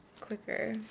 quicker